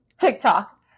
TikTok